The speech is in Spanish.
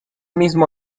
mismo